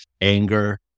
anger